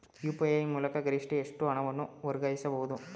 UPI ಮೂಲಕ ಗರಿಷ್ಠ ಎಷ್ಟು ಹಣವನ್ನು ವರ್ಗಾಯಿಸಬಹುದು?